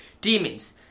Demons